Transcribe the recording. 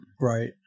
Right